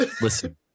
Listen